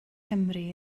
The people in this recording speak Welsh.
cymru